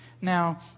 now